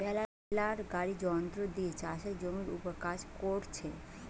বেলার গাড়ি যন্ত্র দিয়ে চাষের জমির উপর কাজ কোরছে